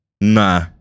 Nah